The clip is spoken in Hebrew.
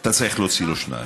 אתה צריך להוציא לו שתיים.